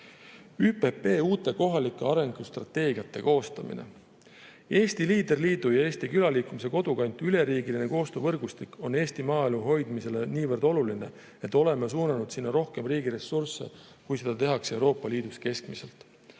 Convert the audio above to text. ÜPP uute kohalike arengustrateegiate koostamine. Eesti Leader Liidu ja Eesti Külaliikumise Kodukant üleriigiline koostöövõrgustik on Eesti maaelu hoidmisele niivõrd oluline, et oleme suunanud sinna rohkem riigi ressursse, kui seda tehakse Euroopa Liidus keskmiselt.